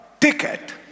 Ticket